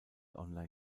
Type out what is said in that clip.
online